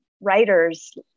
writers